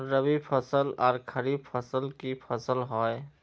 रवि फसल आर खरीफ फसल की फसल होय?